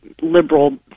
liberal